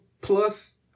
plus